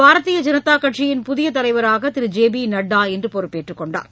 பாரதீய ஜனதாக்கட்சியின் புதிய தலைவராக திரு ஜெபிநட்டா இன்று பொறுப்பேற்றுக் கொண்டார்